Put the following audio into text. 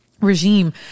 regime